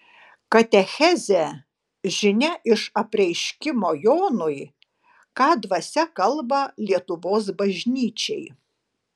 katechezė žinia iš apreiškimo jonui ką dvasia kalba lietuvos bažnyčiai